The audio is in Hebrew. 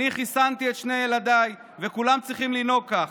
אני חיסנתי את שני ילדיי, וכולם צריכים לנהוג כך.